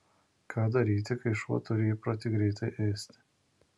ką daryti kai šuo turi įprotį greitai ėsti